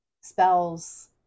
spells